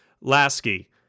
Lasky